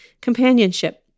companionship